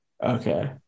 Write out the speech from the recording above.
Okay